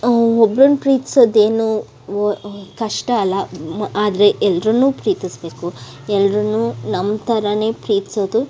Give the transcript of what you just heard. ಒ ಒಬ್ರನ್ನು ಪ್ರೀತಿಸೋದೇನು ಕಷ್ಟ ಅಲ್ಲ ಆದರೆ ಎಲ್ರನ್ನೂ ಪ್ರೀತಿಸ್ಬೇಕು ಎಲ್ರನ್ನೂ ನಮ್ಮ ಥರವೇ ಪ್ರೀತಿಸೋದು